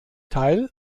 teil